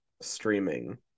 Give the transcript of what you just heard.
streaming